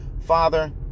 Father